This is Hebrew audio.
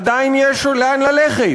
עדיין יש עוד לאן ללכת,